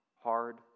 hard